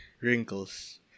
wrinkles